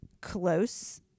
close